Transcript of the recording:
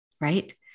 right